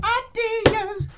ideas